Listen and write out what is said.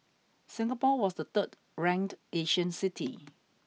Singapore was the third ranked Asian city